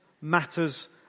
matters